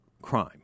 Crime